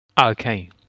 Okay